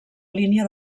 línia